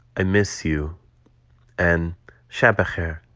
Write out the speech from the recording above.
i miss you and shab bekheir,